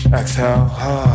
exhale